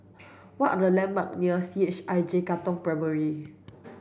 what are the landmarks near C H I J Katong Primary